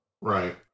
Right